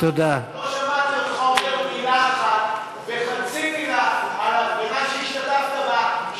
רק לא שמעתי אותך אומר מילה אחת וחצי מילה על הפגנה שהשתתפת בה,